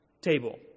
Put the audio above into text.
table